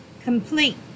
complete